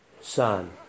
son